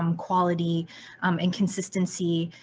um quality um and consistency,